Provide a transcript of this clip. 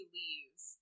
leaves